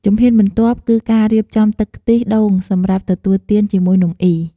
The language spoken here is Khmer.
ជំហានបន្ទាប់គឺការរៀបចំទឹកខ្ទិះដូងសម្រាប់ទទួលទានជាមួយនំអុី។